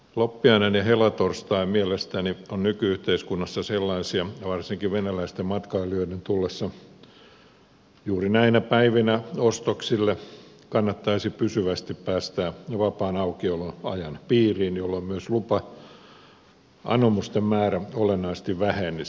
loppiainen ja helatorstai mielestäni ovat nyky yhteiskunnassa sellaisia varsinkin venäläisten matkailijoiden tullessa juuri näinä päivinä ostoksille jotka kannattaisi pysyvästi päästää jo vapaan aukioloajan piiriin jolloin myös lupa anomusten määrä olennaisesti vähenisi